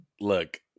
Look